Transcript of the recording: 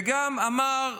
וגם אמר,